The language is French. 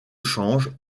change